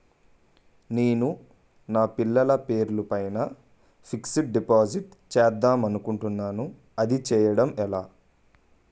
నేను నా పిల్లల పేరు పైన ఫిక్సడ్ డిపాజిట్ చేద్దాం అనుకుంటున్నా అది చేయడం ఎలా?